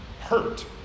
hurt